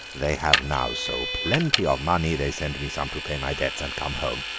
they have now so plenty of money they send me some to pay my debts and come home.